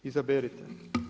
Izaberite.